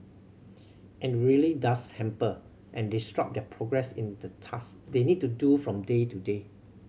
and really does hamper and disrupt their progress in the task they need to do from day to day